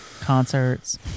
concerts